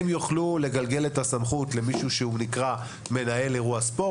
היא תוכל לגלגל את הסמכות למנהל אירוע הספורט.